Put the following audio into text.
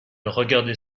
regardait